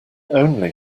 only